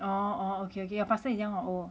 orh okay okay your pastor is young or old